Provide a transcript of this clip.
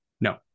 No